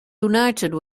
united